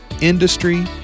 industry